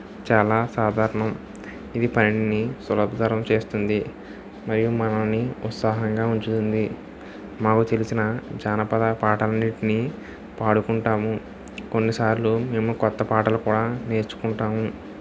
చాలా సాధారణం ఇవి పనిని సులభతరం చేస్తుంది మరియు మనలని ఉత్సాహంగా ఉంచుతుంది మాకు తెలిసిన జానపద పాటలన్నీంటిని పాడుకుంటాము కొన్నిసార్లు మేము కొత్తపాటలు కూడా నేర్చుకుంటాము